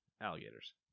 alligators